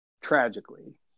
tragically